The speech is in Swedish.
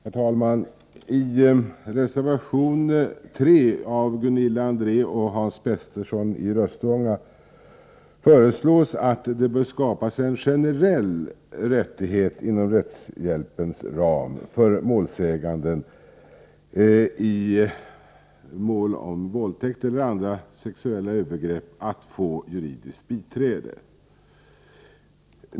Herr talman! I reservation 3 av Gunilla André och Hans Petersson i Röstånga föreslås att det skapas en generell rättighet inom rättshjälpens ram för målsägande i mål om våldtäkt och andra sexuella övergrepp att få juridiskt biträde.